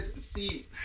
See